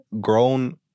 grown